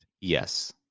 Yes